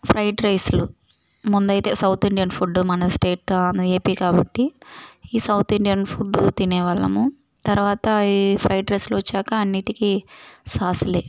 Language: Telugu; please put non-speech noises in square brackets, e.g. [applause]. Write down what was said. ఫ్రైడ్ రైసులు ముందైతే సౌత్ ఇండియన్ ఫుడ్ మన స్టేటు [unintelligible] ఏపీ కాబట్టి ఈ సౌత్ ఇండియన్ ఫుడ్డు తినేవాళ్ళము తరువాత ఈ ఫ్రైడ్ రైసులొచ్చాక అన్నిటికీ సాసులే